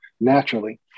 naturally